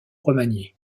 remanié